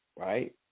right